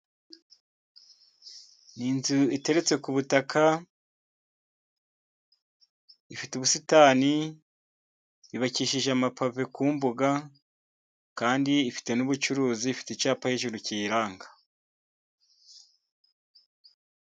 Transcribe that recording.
Ni inzu iteretse ku butaka ifite ubusitani, yubakishije amapave ku mbuga kandi ifite n'ubucuruzi, ifite icyapa hejuru kiyiranga.